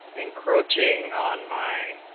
encroaching on my